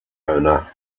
owner